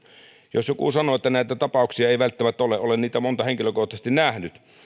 jos joku sanoo että näitä tapauksia ei välttämättä ole niin olen niitä monta henkilökohtaisesti nähnyt